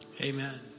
Amen